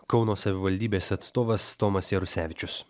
kauno savivaldybės atstovas tomas jarusevičius